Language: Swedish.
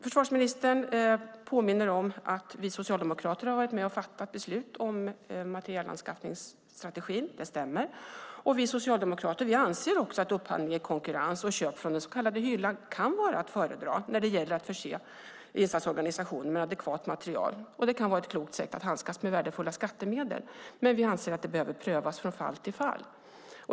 Försvarsministern påminner om att vi socialdemokrater har varit med och fattat beslut om materielanskaffningsstrategin. Det stämmer. Vi socialdemokrater anser också att upphandling i konkurrens och köp från den så kallade hyllan kan vara att föredra när det gäller att förse insatsorganisationerna med adekvat materiel. Det kan också vara ett klokt sätt att handskas med värdefulla skattemedel. Men vi anser att det behöver prövas från fall till fall.